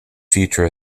future